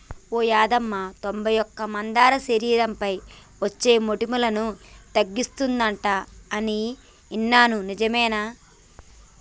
ఓ యాదమ్మ తొంబై ఒక్క మందార శరీరంపై అచ్చే మోటుములను తగ్గిస్తుందంట అని ఇన్నాను నిజమేనా